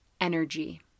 energy